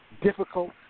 difficult